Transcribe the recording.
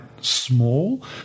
small